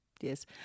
yes